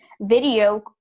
video